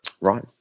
Right